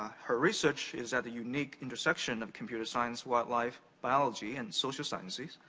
her research is at a unique intersection of computer science, wildlife, biology, and social sciences.